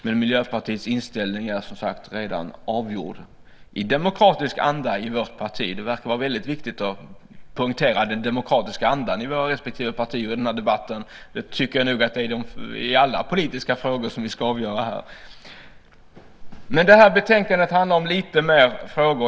Men Miljöpartiets inställning är, som sagt, redan avgjord i demokratisk anda i vårt parti. Det verkar vara väldigt viktigt att poängtera den demokratiska andan i våra respektive partier i den här debatten. Det tycker jag nog att det är i alla politiska frågor som vi ska avgöra här. Det här betänkandet handlar om några fler frågor.